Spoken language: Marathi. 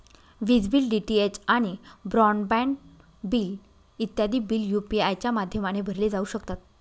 विज बिल, डी.टी.एच आणि ब्रॉड बँड बिल इत्यादी बिल यू.पी.आय च्या माध्यमाने भरले जाऊ शकतात